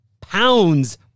pounds